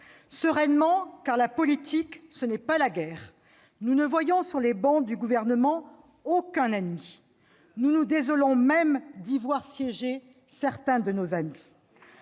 Sereinement, car la politique n'est pas la guerre : nous ne voyons, sur les bancs du Gouvernement, aucun ennemi. Très bien ! Nous nous désolons même d'y voir siéger certains de nos amis